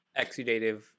exudative